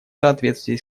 соответствии